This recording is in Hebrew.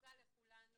שזקוקה לכולנו,